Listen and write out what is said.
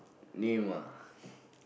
name ah